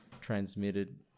transmitted